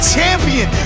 Champion